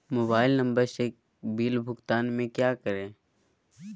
Mobile number से bill भुगतान में क्या करें?